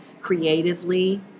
creatively